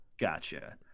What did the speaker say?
Gotcha